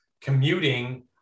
commuting